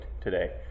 today